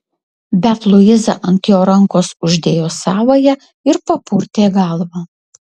bet luiza ant jo rankos uždėjo savąją ir papurtė galvą